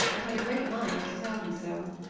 and had a great mind to tell him so.